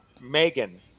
Megan